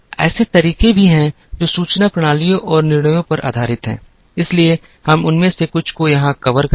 ऐसे तरीके भी हैं जो सूचना प्रणालियों और निर्णयों पर आधारित हैं इसलिए हम उनमें से कुछ को यहां कवर करते हैं